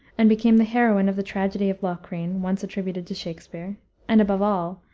and became the heroine of the tragedy of locrine, once attributed to shakspere and above all,